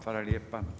Hvala lijepa.